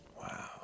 Wow